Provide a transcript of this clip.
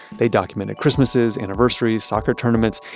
they documented christmases, anniversaries, soccer tournaments,